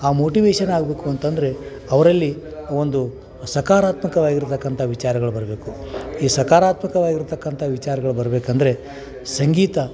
ಆ ಮೋಟಿವೇಷನ್ ಆಗ್ಬೇಕು ಅಂತಂದರೆ ಅವರಲ್ಲಿ ಒಂದು ಸಕಾರಾತ್ಮಕವಾಗಿರತಕ್ಕಂಥ ವಿಚಾರಗಳು ಬರಬೇಕು ಈ ಸಕಾರಾತ್ಮಕವಾಗಿರತಕ್ಕಂಥ ವಿಚಾರಗಳು ಬರಬೇಕಂದ್ರೆ ಸಂಗೀತ